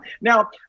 Now